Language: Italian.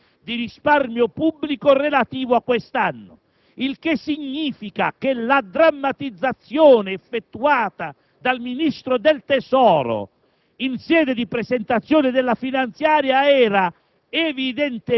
perché aveva disposizione 25 miliardi miglioramento del risparmio pubblico relativo a quest'anno; il che significa che la drammatizzazione fatta dal Ministro del tesoro,